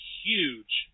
huge